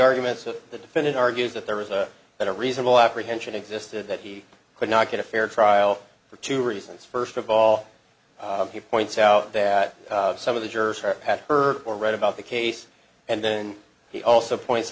arguments of the defendant argues that there was a that a reasonable apprehension existed that he could not get a fair trial for two reasons first of all he points out that some of the jurors are had her or read about the case and then he also points